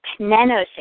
nanoseconds